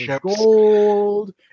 gold